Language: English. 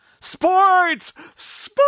Sports